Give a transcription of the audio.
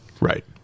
right